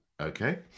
Okay